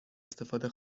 استفاده